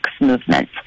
movement